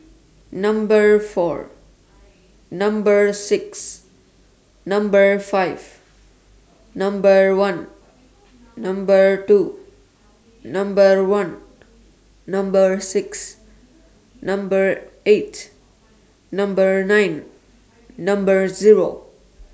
Number four Number six Number five Number one Number two Number one Number six Number eight Number nine Number Zero